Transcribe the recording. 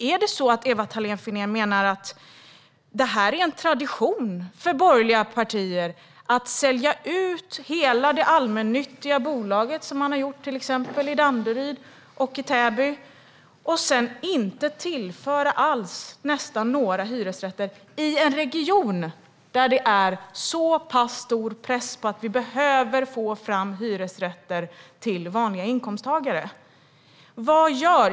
Är det så att Ewa Thalén Finné menar att det är en tradition för borgerliga partier att sälja ut hela det allmännyttiga bolaget, som man har gjort i till exempel Danderyd och Täby, och sedan inte tillföra några hyresrätter alls i en region där det är så pass stor press på att vi behöver få fram hyresrätter till vanliga inkomsttagare?